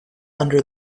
under